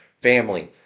Family